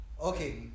okay